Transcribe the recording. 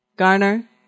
Garner